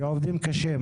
כי עובדים פה קשה.